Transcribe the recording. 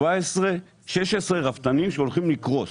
מדובר על 16 רפתנים שהולכים לקרוס.